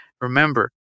remember